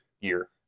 year